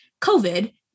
COVID